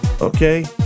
Okay